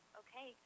okay